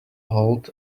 hold